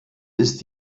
ist